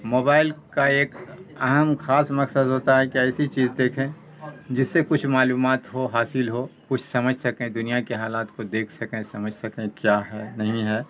mobile کا ایک اہم خاص مقصد ہوتا ہے کہ ایسی چیز دیکھیں جس سے کچھ معلومات ہو حاصل ہو کچھ سمجھ سکیں دنیا کے حالات کو دیکھ سکیں سمجھ سکیں کیا ہے نہیں ہے